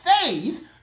faith